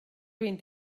vint